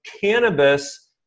Cannabis